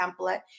template